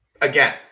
Again